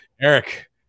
Eric